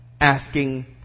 Asking